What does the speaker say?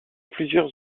plusieurs